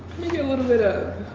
me get a little bit of